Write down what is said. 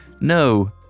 no